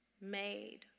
made